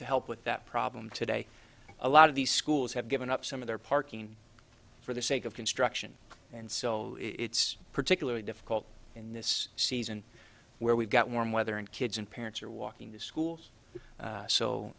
to help with that problem today a lot of these schools have given up some of their parking for the sake of construction and so it's particularly difficult in this season where we've got warm weather and kids and parents are walking to schools